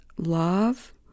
Love